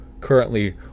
currently